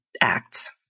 acts